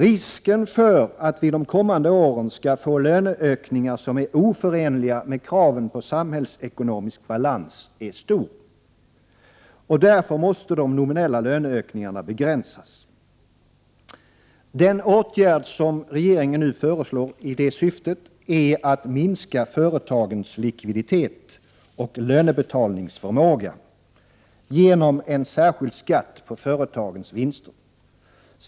Risken för att vi de kommande åren skall få löneökningar som är oförenliga med kraven på samhällsekonomisk balans är stor. Därför måste de nominella löneökningarna begränsas. Den åtgärd som regeringen nu föreslår i detta syfte är att minska företagens likviditet och lönebetalningsförmåga genom en särskild skatt på företagens vinster.